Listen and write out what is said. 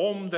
Om